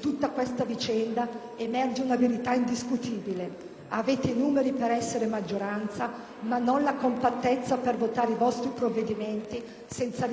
tutta questa vicenda emerge una verità indiscutibile: avete i numeri per essere maggioranza, ma non la compattezza per votare i vostri provvedimenti senza ricorrere al voto di fiducia.